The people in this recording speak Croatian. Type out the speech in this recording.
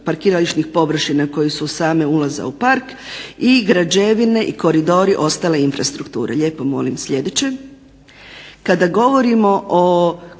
parkirališnih površina koje su same ulaza u park i građevine i koridori ostale infrastrukture. Kada govorimo